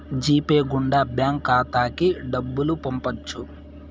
G pay గుండా bank ఖాతాకి డబ్బులు పంపొచ్చు